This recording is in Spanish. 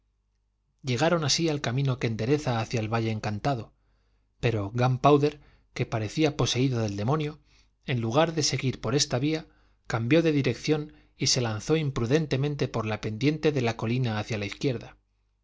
llegaron así al camino que endereza hacia el valle encantado pero gunpowder que parecía poseído del demonio en lugar de seguir por esta vía cambió de dirección y se lanzó imprudentemente por la pendiente de la colina hacia la izquierda